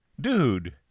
dude